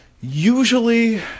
usually